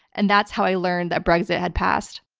and that's how i learned that brexit had passed.